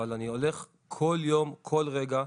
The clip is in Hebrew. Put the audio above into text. אבל אני הולך כל יום וכל רגע,